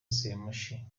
semushi